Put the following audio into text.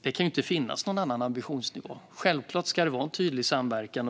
Det kan inte finnas någon annan ambitionsnivå. Självklart ska det vara en tydlig samverkan.